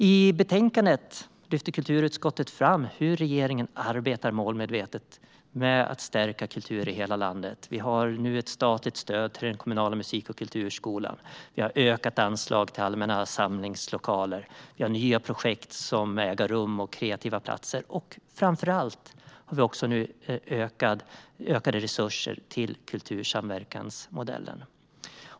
I betänkandet lyfter kulturutskottet fram hur regeringen arbetar målmedvetet med att stärka kultur i hela landet. Vi har nu ett statligt stöd till den kommunala musik och kulturskolan. Vi har ökat anslaget till allmänna samlingslokaler. Vi har nya projekt som äger rum och kreativa platser. Framför allt har vi nu också ökade resurser till kultursamverkansmodellen.